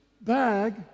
bag